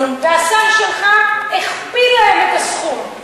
השר שלך הכפיל להן את הסכום,